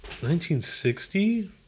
1960